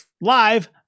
live